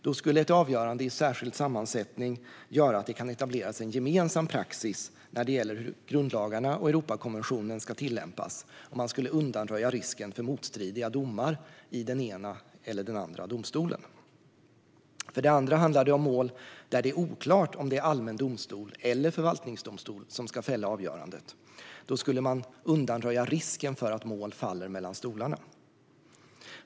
Då skulle ett avgörande i särskild sammansättning göra att det kan etableras en gemensam praxis när det gäller hur grundlagarna och Europakonventionen ska tillämpas, och man skulle undanröja risken för motstridiga domar i den ena eller den andra domstolen. För det andra handlar det om mål där det är oklart om det är allmän domstol eller förvaltningsdomstol som ska fälla avgörandet. Då skulle man undanröja risken för att mål faller mellan stolarna.